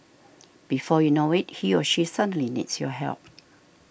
before you know it he or she suddenly needs your help